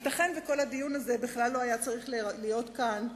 ייתכן שכל הדיון הזה בכלל לא היה צריך להיות כאן,